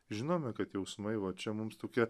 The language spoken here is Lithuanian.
žinome kad jausmai va čia mums tokia